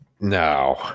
No